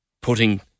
putting